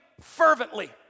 fervently